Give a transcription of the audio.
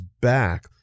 back